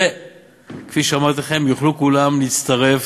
וכפי שאמרתי לכם, כולם יוכלו להצטרף,